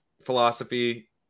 philosophy